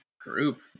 group